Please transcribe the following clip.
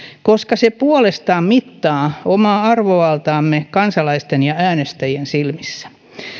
koska se puolestaan mittaa omaa arvovaltaamme kansalaisten ja äänestäjien silmissä